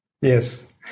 Yes